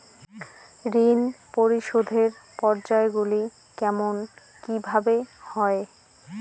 ঋণ পরিশোধের পর্যায়গুলি কেমন কিভাবে হয়?